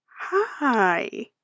Hi